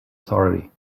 authority